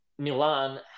Milan